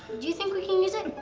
do you think we can use it?